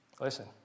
Listen